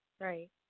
Right